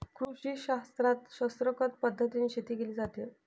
कृषीशास्त्रात शास्त्रोक्त पद्धतीने शेती केली जाते